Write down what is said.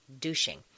douching